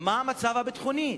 מה המצב הביטחוני?